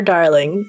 Darling